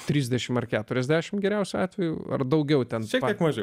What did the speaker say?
trisdešimt ar keturiasdešimt geriausiu atveju ar daugiau ten šiek tiek mažiau